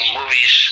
movies